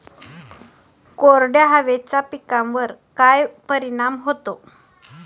कोरड्या हवेचा पिकावर काय परिणाम होतो?